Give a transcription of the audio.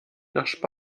nicht